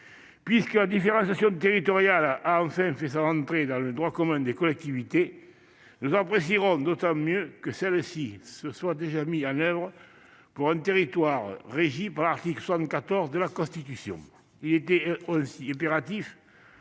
Puisque la différenciation territoriale a enfin fait son entrée dans le droit commun des collectivités, nous apprécierions d'autant mieux qu'elle soit mise en oeuvre pour un territoire régi par l'article 74 de la Constitution. Il était aussi impératif